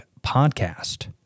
#podcast